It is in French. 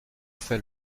fait